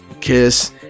kiss